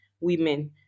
women